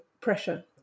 pressure